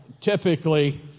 typically